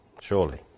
Surely